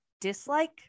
dislike